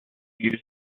used